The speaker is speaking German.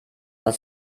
was